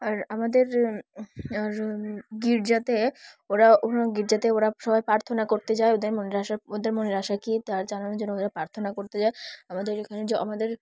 আর আমাদের আর গির্জাতে ওরা ও গির্জাতে ওরা সবাই প্রার্থনা করতে যায় ওদের মনের আশা ওদের মনের আশা কী তার জানানোর জন্য ওরা প্রার্থনা করতে যায় আমাদের এখানে যে আমাদের